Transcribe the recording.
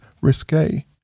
risque